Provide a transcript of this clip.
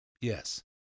Yes